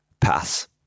pass